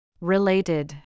Related